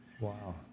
Wow